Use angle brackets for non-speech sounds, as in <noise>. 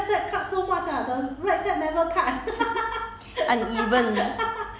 <laughs> <coughs>